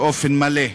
באופן מלא.